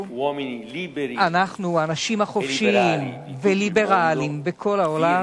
האנשים החופשיים והליברלים בכל העולם,